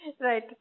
Right